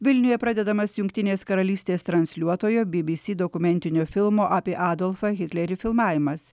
vilniuje pradedamas jungtinės karalystės transliuotojo by by sy dokumentinio filmo apie adolfą hitlerį filmavimas